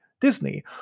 Disney